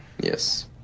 Yes